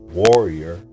warrior